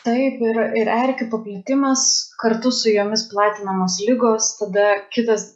taip ir ir erkių paplitimas kartu su jomis platinamos ligos tada kitas